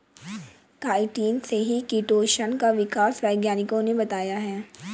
chitin से ही chitosan का विकास वैज्ञानिकों ने बताया है